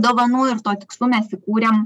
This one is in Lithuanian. dovanų ir tuo tikslu mes įkūrėm